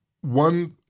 one